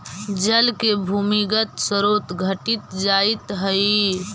जल के भूमिगत स्रोत घटित जाइत हई